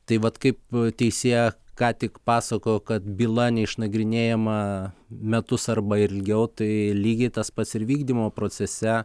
tai vat kaip teisėja ką tik pasakojo kad byla neišnagrinėjama metus arba ilgiau tai lygiai tas pats ir vykdymo procese